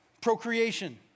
procreation